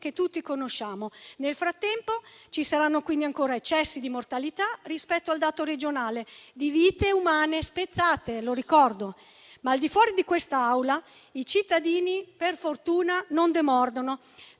che tutti conosciamo e ci saranno, quindi, ancora eccessi di mortalità rispetto al dato regionale di vite umane spezzate, lo ricordo. Al di fuori di quest'Aula, però, i cittadini per fortuna non demordono,